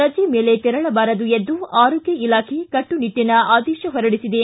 ರಜೆ ಮೇಲೆ ತರಳಬಾರದು ಎಂದು ಆರೋಗ್ಯ ಇಲಾಖೆ ಕಟ್ಟುನಿಟ್ಟಾಗಿ ಆದೇಶ ಹೊರಡಿಸಿದೆ